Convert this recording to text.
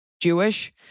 Jewish